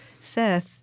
Seth